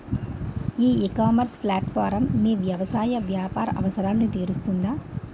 ఈ ecommerce platform మీ వ్యవసాయ వ్యాపార అవసరాలను తీరుస్తుందా?